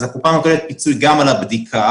אז הקופה נותנת פיצוי על הבדיקה,